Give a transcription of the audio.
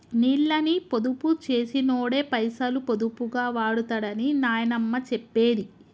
నీళ్ళని పొదుపు చేసినోడే పైసలు పొదుపుగా వాడుతడని నాయనమ్మ చెప్పేది